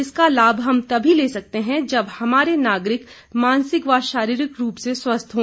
इसका लाभ हम तभी ले सकते हैं जब हमारे नागरिक मानिसक व शारीरिक रूप से स्वस्थ हों